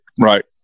Right